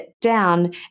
down